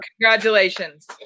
congratulations